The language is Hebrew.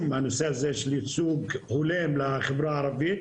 הנושא הזה של ייצוג הולם לחברה הערבית.